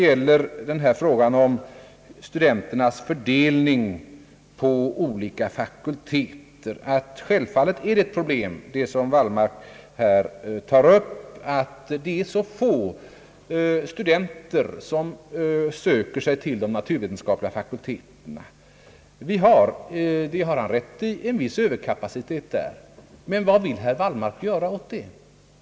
I fråga om studenternas fördelning på olika fakulteter är det självfallet ett problem att så få studenter söker sig till de naturvetenskapliga fakulteterna. Vi har på det området — det har herr Wallmark rätt i — en viss överkapacitet. Men vad vill herr Wallmark göra åt det?